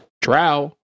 Drow